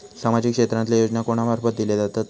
सामाजिक क्षेत्रांतले योजना कोणा मार्फत दिले जातत?